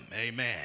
amen